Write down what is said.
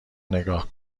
نگاه